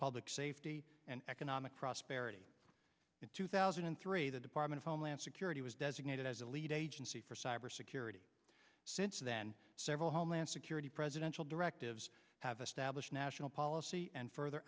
public safety and economic prosperity in two thousand and three the department of homeland security was designated as the lead agency for cybersecurity since then several homeland security presidential directives have established national policy and further